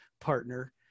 partner